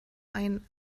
ein